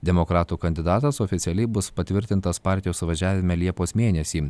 demokratų kandidatas oficialiai bus patvirtintas partijos suvažiavime liepos mėnesį